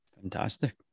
fantastic